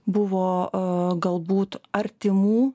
buvo galbūt artimų